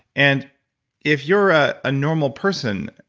and if you're a normal person,